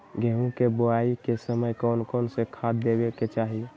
गेंहू के बोआई के समय कौन कौन से खाद देवे के चाही?